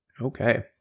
okay